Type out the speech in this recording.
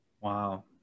wow